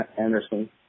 Anderson